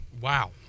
wow